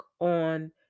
on